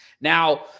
Now